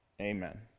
Amen